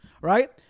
right